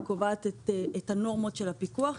וקובעת את הנורמות של הפיתוח,